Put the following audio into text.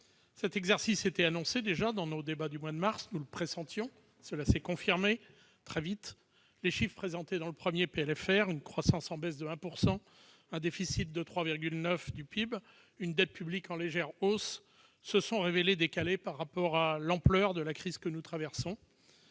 Cet exercice était déjà annoncé lors de nos débats du mois de mars ; nous le pressentions, cela s'est confirmé. Très vite, les chiffres présentés dans le premier PLFR- une croissance en baisse de 1 %, un déficit de 3,9 % du PIB, une dette publique en légère hausse -se sont révélés en décalage par rapport à l'ampleur de la crise que nous traversons.